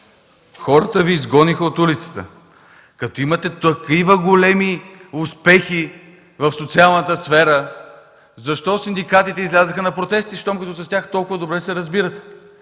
улицата Ви изгониха! Като имате такива големи успехи в социалната сфера, защо синдикатите излязоха на протеста, щом като толкова добре се разбирате